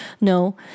No